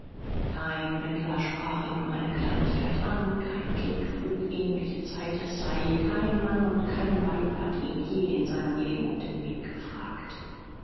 kein bettler sprach ihn um eine kleinigkeit an kein kind frug ihn welche zeit es sei kein mann und kein weib hat ihn je in seinem leben um den weg gefragt